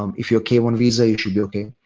um if you're k one visa, you should be okay.